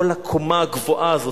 כל הקומה הגבוהה הזאת,